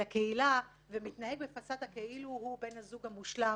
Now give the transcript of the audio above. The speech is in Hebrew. ולקהילה ומתנהג בפסאדה כאילו הוא בן הזוג המושלם